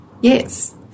yes